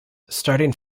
starting